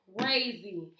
crazy